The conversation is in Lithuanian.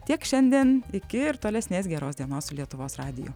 tiek šiandien iki ir tolesnės geros dienos su lietuvos radiju